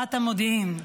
כשרת המודיעין,